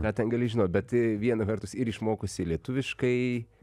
ką ten gali žinot bet viena vertus ir išmokusi lietuviškai